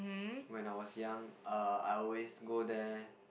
when I was young uh I always go there